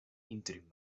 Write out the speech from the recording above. interim